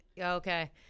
okay